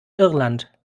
irland